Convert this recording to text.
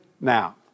now